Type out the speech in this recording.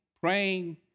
praying